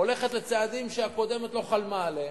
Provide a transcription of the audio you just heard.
הולכת בצעדים שהקודמת לא חלמה עליהם,